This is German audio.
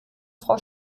frau